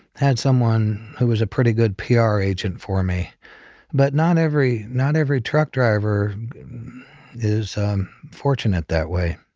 had someone who was a pretty good pr agent for me but not every not every truck driver is fortunate that way.